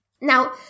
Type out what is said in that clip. Now